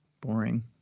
Boring